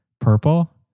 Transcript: purple